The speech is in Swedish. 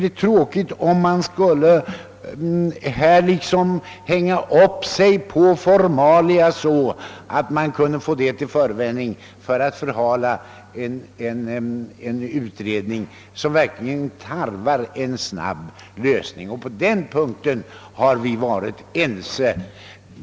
Det vore beklagligt om man skulle hänga upp sig på formalia och på så sätt finna en förevändning att förhala en utredning, när det verkligen tarvas en snabb lösning. På den punkten har vi också varit ense.